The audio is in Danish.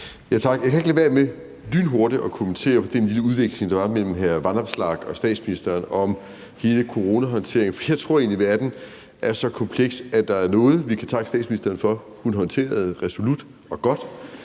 Jeg kan ikke lade være med lynhurtigt at kommentere på den lille udveksling, der var mellem hr. Alex Vanopslagh og statsministeren, om hele coronahåndteringen, for jeg tror egentlig, verden er så kompleks, at der er noget, vi kan takke statsministeren for at hun håndterede resolut og godt,